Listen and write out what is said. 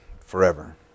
forever